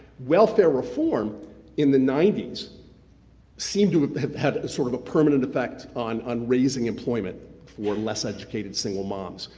welfare reform in the nineties seemed to have had sort of a permanent effect on on raising employment for less educated single moms.